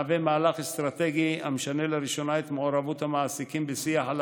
מהווה מהלך אסטרטגי המשנה לראשונה את מעורבות המעסיקים בשיח על